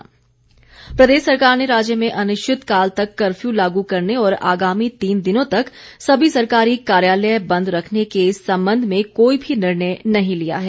fake news प्रदेश सरकार ने राज्य में अनिश्चितकाल तक कर्फ्यू लागू करने और आगामी तीन दिनों तक सभी सरकारी कार्यालय बंद रखने के संबंध में कोई भी निर्णय नहीं लिया है